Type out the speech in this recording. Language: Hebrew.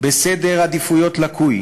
בסדר עדיפויות לקוי,